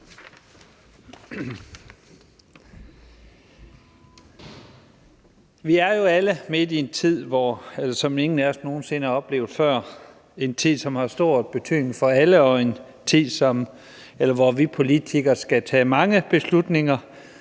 Vi er jo alle midt i en tid, som ingen af os nogen sinde har oplevet før, en tid, som har stor betydning for alle, og en tid, hvor vi politikere skal tage mange beslutninger